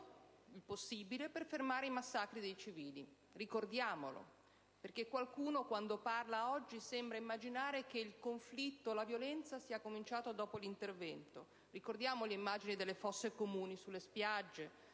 il possibile per fermare i massacri dei civili: ricordiamolo, perché dall'intervento odierno di qualcuno sembra trapelare che il conflitto e la violenza siano cominciati dopo l'intervento. Ricordiamo le immagini delle fosse comuni sulle spiagge,